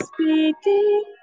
speaking